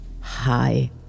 hi